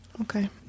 Okay